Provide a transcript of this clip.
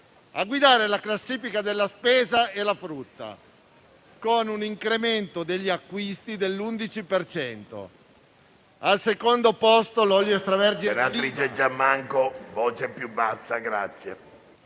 A guidare la classifica della spesa è la frutta, con un incremento degli acquisti dell'11 per cento; al secondo posto, l'olio extravergine